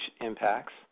impacts